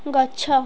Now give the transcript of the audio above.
ଗଛ